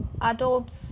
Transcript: adults